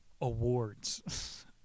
awards